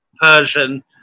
Persian